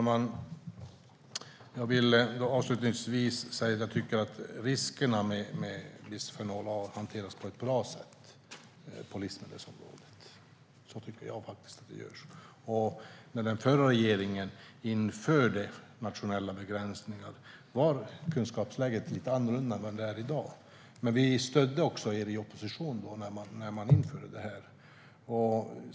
Herr talman! Avslutningsvis tycker jag att riskerna med bisfenol A hanteras på ett bra sätt på livsmedelsområdet. När den förra regeringen införde nationella begränsningar var kunskapsläget lite annorlunda än vad det är i dag. Men vi i opposition stödde er när detta infördes.